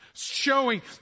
Showing